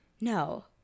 No